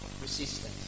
resistance